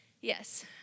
Yes